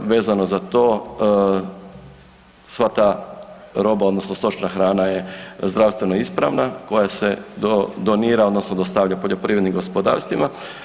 Vezano za to, sva ta roba, odnosno stočna hrana je zdravstveno ispravna koja se donira, odnosno dostavlja poljoprivrednim gospodarstvima.